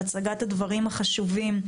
על הצגת הדברים החשובים,